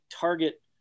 target